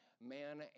man